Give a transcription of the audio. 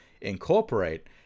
incorporate